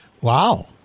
wow